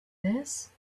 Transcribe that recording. this